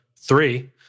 three